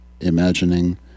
imagining